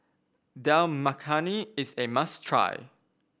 Dal Makhani is a must try